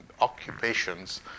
occupations